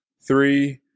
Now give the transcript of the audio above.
three